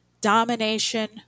domination